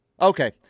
Okay